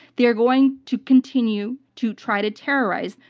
they're going to continue to try to terrorize.